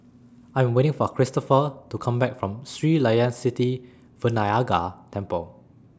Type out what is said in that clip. I Am waiting For Christopher to Come Back from Sri Layan Sithi Vinayagar Temple